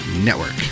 network